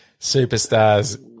superstars